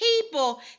people